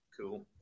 Cool